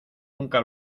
nunca